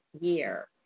year